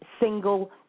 single